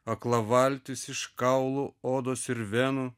akla valtis iš kaulų odos ir venų